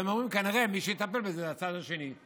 והם אומרים שכנראה מי שיטפל בזה זה הצד השני,